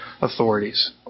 authorities